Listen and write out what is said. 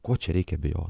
ko čia reikia bijot